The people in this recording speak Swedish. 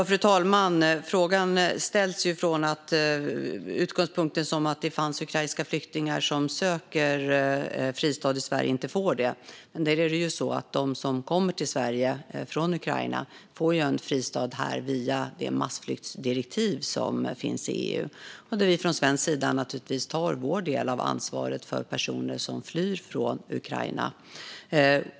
Fru talman! Frågan ställs utifrån utgångspunkten att det skulle finnas ukrainska flyktingar som söker fristad i Sverige men inte får det. Men det är ju så att de som kommer till Sverige från Ukraina får en fristad här genom EU:s massflyktsdirektiv, där vi från svensk sida naturligtvis tar vår del av ansvaret för personer som flyr från Ukraina.